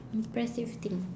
impressive thing